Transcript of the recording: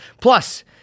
Plus